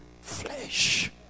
flesh